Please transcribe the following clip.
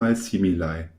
malsimilaj